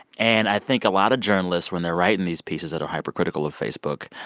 and i think a lot of journalists when they're writing these pieces that are hypercritical of facebook,